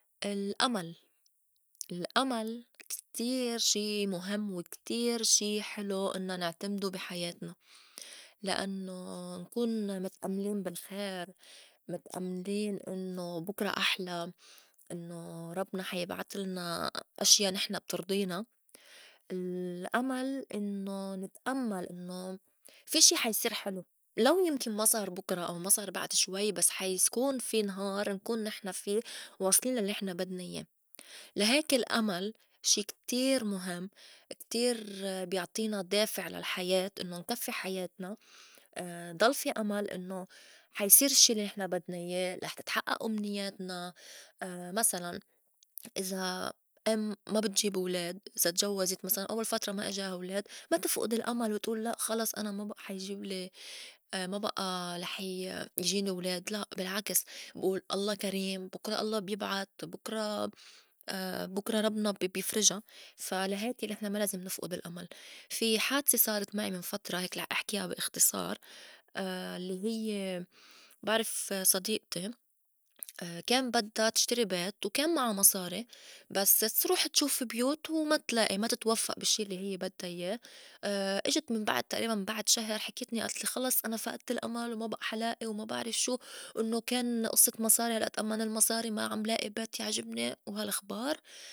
الأمل، الأمل كتير شي مُهم وكتير شي حلو إنّا نعتمدو بي حياتنا لأنّو نكون متأملين بالخير، متأملين إنّو بُكرا أحلى، إنّو ربنا حا يبعتلنا أشيا نحن بترضينا. الأمل إنّو نتأمّل إنّو في شي حا يصير حلو لو يمكن ما صار بُكرا أو ما صار بعد شوي بس حا يكون في نهار نكون نحن في واصلين لا لي نحن بدنا ياه. لا هيك الأمل شي كتير مُهم كتير بيعطينا دافع للحياة إنّو نكفّي حياتنا، ضل في أمل إنّو حا يصير الشّي الّي نحن بدنا ياه، رح تتحئئ أمنياتنا مسلاً إذا إم ما بتجيب ولاد إذا تجوّزت مسلاً أوّل فترة ما إجاها ولاد ما تفئُد الأمل وتئول لأ خلص أنا ما بئ حا يجبلي ما بئى لح ي-يجيني ولاد، لأ بالعكس بئول الله كريم بُكرا الله بيبعت بُكرا بُكرا ربنا بيفرجا فا لهيكة نحن ما لازم نفئُد الأمل. في حادسة صارت معي من فترة هيك لح إحكيها بي إختصار الّي هيّ بعرف صديئتي كان بدّا تشتري بيت وكان معا مصاري بس تروح تشوف بيوت وما تلائي ما تتوفّئ بالشّي الّي هيّ بدّا ياه إجت من بعد تئريباً من بعد شهر حكيتني خلص أنا فئدت الأمل وما بئ حا لائي وما بعرف شو إنّو كان أصّة مصاري هلّأ تأمّن المصاري ما عم لائي بيت يعجبني وهالخبار.